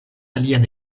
alian